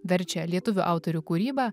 verčia lietuvių autorių kūrybą